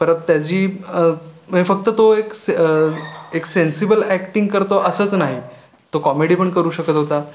परत त्याची म्हणजे फक्त तो एक से एक सेन्सिबल अॅक्टिंग करतो असंच नाही तो कॉमेडी पण करू शकत होता